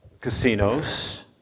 casinos